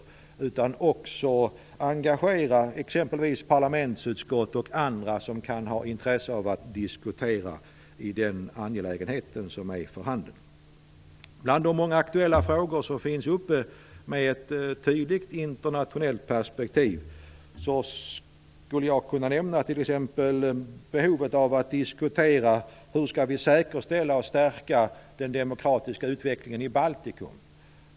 Man skall också kunna engagera exempelvis parlamentsutskott och andra som kan ha intresse av att diskutera den angelägenhet som är för handen. Bland de många aktuella frågor med ett tydligt internationellt perspektiv som är uppe, skulle jag exempelvis kunna nämna behovet av att diskutera hur vi skall kunna säkerställa och stärka den demokratiska utvecklingen i Baltikum.